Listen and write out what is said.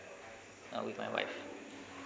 uh with my wife